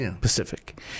Pacific